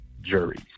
juries